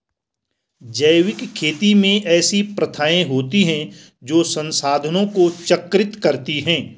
जैविक खेती में ऐसी प्रथाएँ होती हैं जो संसाधनों को चक्रित करती हैं